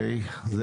לא בא אליך בטענות.